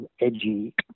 edgy